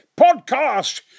podcast